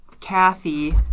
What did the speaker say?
Kathy